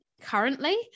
currently